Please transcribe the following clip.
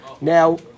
Now